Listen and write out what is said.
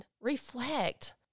Reflect